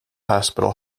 hospital